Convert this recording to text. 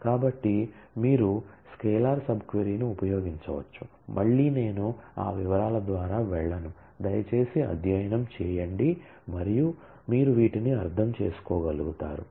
కాబట్టి మీరు స్కేలార్ సబ్ క్వరీను ఉపయోగించవచ్చు మళ్ళీ నేను ఆ వివరాల ద్వారా వెళ్ళను దయచేసి అధ్యయనం చేయండి మరియు మీరు వీటిని అర్థం చేసుకోగలుగుతారు